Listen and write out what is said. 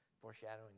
foreshadowing